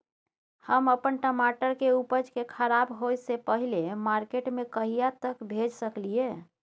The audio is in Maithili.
हम अपन टमाटर के उपज के खराब होय से पहिले मार्केट में कहिया तक भेज सकलिए?